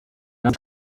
ange